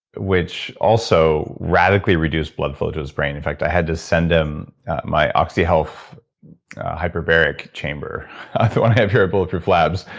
which also radically reduced blood flow to his brain. in fact, i had to send him my oxyhealth hyperbaric chamber. what so i have here at bulletproof labs,